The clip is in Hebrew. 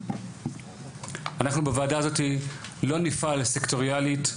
אנחנו בוועדה הזאתי לא נפעל סקטוריאלית,